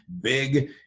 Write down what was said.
big